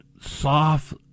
soft